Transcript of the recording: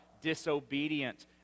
disobedient